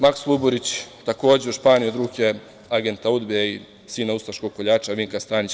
Maks Luburić takođe u Španiji od ruke agenta UDBE i sina ustaškog koljača Vinka Stanića.